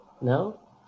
No